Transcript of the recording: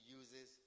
uses